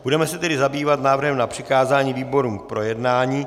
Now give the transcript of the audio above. Budeme se tedy zabývat návrhem na přikázání výborům k projednání.